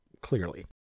clearly